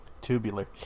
Tubular